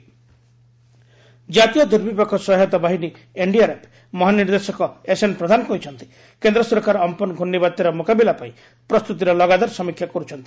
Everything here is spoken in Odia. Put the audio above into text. ଅମ୍ପନ୍ ସାଇକ୍ଲୋନ୍ ଏନ୍ଡିଆର୍ଏଫ୍ ଜାତୀୟ ଦୁର୍ବିପାକ ସହାୟତା ବାହିନୀ ଏନ୍ଡିଆର୍ଏଫ୍ ମହାନିର୍ଦ୍ଦେଶକ ଏସ୍ଏନ୍ ପ୍ରଧାନ କହିଛନ୍ତି କେନ୍ଦ୍ର ସରକାର ଅମ୍ପନ ଘ୍ରର୍ଷିବାତ୍ୟାର ମୁକାବିଲା ପାଇଁ ପ୍ରସ୍ତୁତିର ଲଗାତର ସମୀକ୍ଷା କରୁଛନ୍ତି